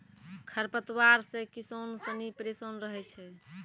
खरपतवार से किसान सनी परेशान रहै छै